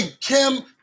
Kim